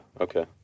Okay